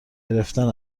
گرفتن